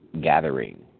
gathering